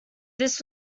this